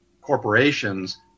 corporations